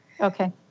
Okay